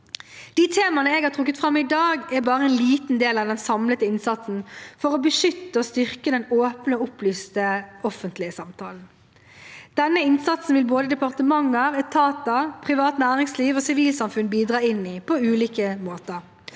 De temaene jeg har trukket fram i dag, er bare en liten del av den samlede innsatsen for å beskytte og styrke den åpne og opplyste offentlige samtalen. Denne innsatsen vil både departementer, etater, privat næringsliv og sivilsamfunn bidra inn i, på ulike måter.